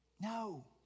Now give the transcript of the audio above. No